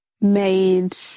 made